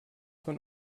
von